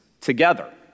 together